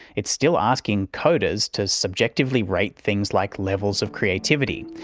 it's still asking coders to subjectively rate things like levels of creativity,